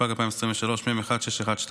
התשפ"ג 2023, מ/1612: